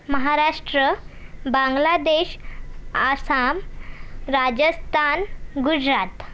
Maharashtra Bangladesh Assam Rajasthan Gujarat